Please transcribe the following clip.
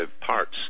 parts